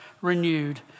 renewed